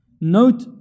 note